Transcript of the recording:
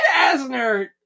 Asner